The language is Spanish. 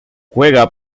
juega